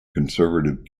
conservative